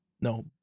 No